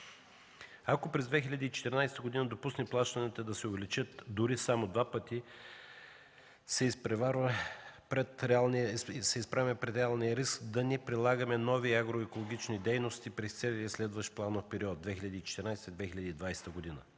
Ако през 2014 г. допуснем плащанията да се увеличат дори само два пъти, се изправяме пред реалния риск да не прилагаме нови евроекологични дейности през целия следващ планов период 2014-2020 г.,